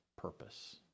purpose